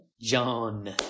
John